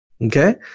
Okay